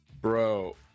bro